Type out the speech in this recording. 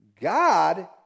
God